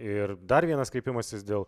ir dar vienas kreipimasis dėl